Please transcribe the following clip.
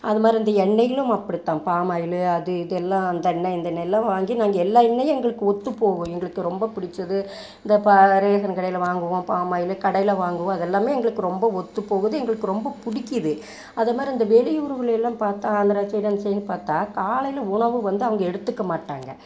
அதுமாதிரி இந்த எண்ணெய்களும் அப்படி தான் பாமா ஆயிலு அது இது எல்லாம் அந்த எண்ணெய் இந்த எண்ணெய் எல்லாம் வாங்கி நாங்கள் எல்லா எண்ணெய்யும் எங்களுக்கு ஒத்துப்போகும் எங்களுக்கு ரொம்ப பிடிச்சது இந்த ப ரேஷன் கடையில் வாங்குவோம் பாமா ஆயிலு கடையில் வாங்குவோம் அதெல்லாமே எங்களுக்கு ரொம்ப ஒத்துப்போகுது எங்களுக்கு ரொம்ப பிடிக்கிது அதை மாதிரி இந்த வெளியூர்களில் எல்லாம் பார்த்தா ஆந்திரா சைடு அந்த சைடு பார்த்தா காலையில் உணவு வந்து அவங்க எடுத்துக்க மாட்டாங்க